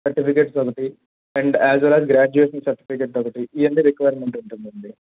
certificates ఒకటి and as well as graduation certificate ఒకటి ఇవన్నీ రిక్వైర్మెంట్ ఉంటుంది అండి